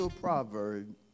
Proverb